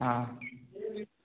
हाँ कोई भी